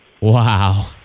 Wow